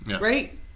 right